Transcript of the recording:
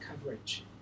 coverage